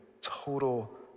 total